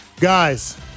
Guys